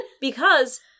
Because-